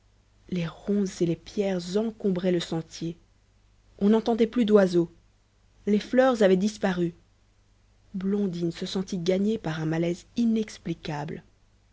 les ronces et les pierres encombraient le sentier on n'entendait plus d'oiseaux les fleurs avaient disparu blondine se sentit gagner par un malaise inexplicable